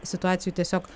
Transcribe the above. situacijų tiesiog